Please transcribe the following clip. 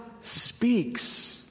speaks